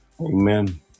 Amen